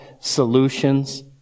solutions